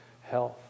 health